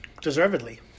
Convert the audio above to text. Deservedly